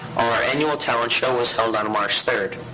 our annual talent show was held on march third.